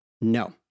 No